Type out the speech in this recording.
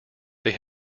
they